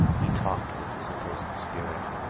he talked with the supposed spirit